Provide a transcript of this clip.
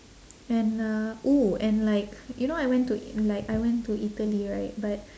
and uh oo and like you know I went to like I went to italy right but